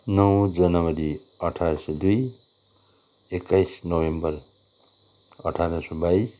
नौ जनवरी अठार सौ दुई एक्काइस नोभेम्बर अठार सौ बाइस